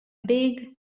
big